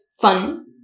fun